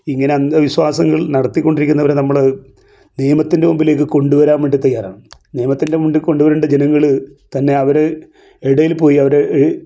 ഇങ്ങനെ അന്ധവിശ്വാസങ്ങൾ നടത്തിക്കൊണ്ടിരിക്കുന്നവരെ നമ്മൾ നിയമത്തിൻ്റെ മുമ്പിലേക്ക് കൊണ്ടുവരാൻ വേണ്ടി തയ്യാറാവണം നിയമത്തിൻ്റെ മുമ്പിൽ കൊണ്ട് വരേണ്ട ജനങ്ങൾ തന്നെ അവർ ഇടയിൽ പോയി അവർ